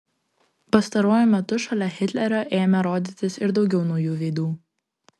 pastaruoju metu šalia hitlerio ėmė rodytis ir daugiau naujų veidų